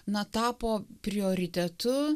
na tapo prioritetu